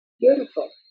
beautiful